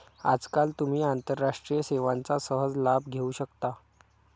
आजकाल तुम्ही आंतरराष्ट्रीय सेवांचा सहज लाभ घेऊ शकता